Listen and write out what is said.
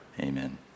Amen